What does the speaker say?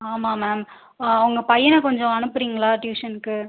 ஆமா மேம் உங்கள் பையனை கொஞ்சம் அனுப்புறீங்களா ட்யூஷனுக்கு